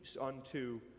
unto